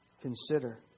consider